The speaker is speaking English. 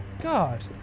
God